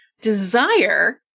Desire